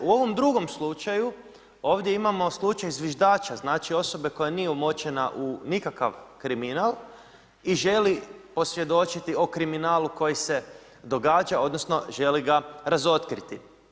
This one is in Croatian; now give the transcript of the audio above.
U ovom drugom slučaju ovdje imamo slučaj zviždača, znači osobe koja nije umočena u nikakav kriminal i ćeli posvjedočiti o kriminalu koji se događa odnosno želi ga razotkriti.